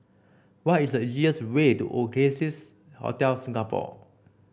what is the easiest way to Oasia Hotel Singapore